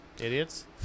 Idiots